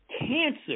cancer